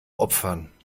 opfern